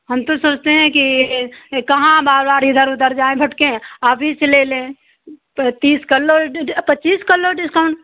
हम तो सोचते हैं कि कहाँ बार बार इधर उधर जाए भटकें आप ही से ले लें तीस कर लो डि पच्चीस कर लो डिस्काउंट